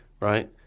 Right